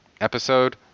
episode